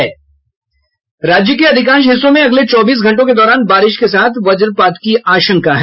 राज्य के अधिकांश हिस्सों में अगले चौबीस घंटों के दौरान बारिश के साथ वज्रपात की आशंका है